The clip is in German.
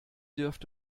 dürft